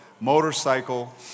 motorcycle